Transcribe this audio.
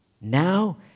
Now